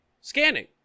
Scanning